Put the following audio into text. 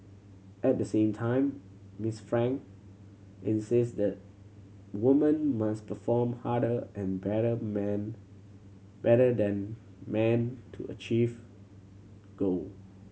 at the same time Miss Frank insist that woman must perform harder and better man better than man to achieve goal